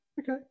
Okay